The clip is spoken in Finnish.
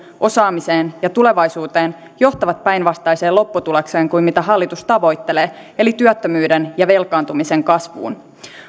osaamiseen ja tulevaisuuteen johtavat päinvastaiseen lopputulokseen kuin mitä hallitus tavoittelee eli työttömyyden ja velkaantumisen kasvuun